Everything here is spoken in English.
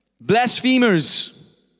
blasphemers